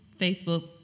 Facebook